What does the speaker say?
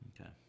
Okay